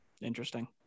Interesting